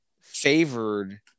favored